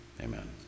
amen